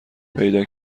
پیدا